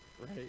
Right